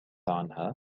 عنها